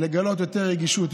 לגלות יותר רגישות,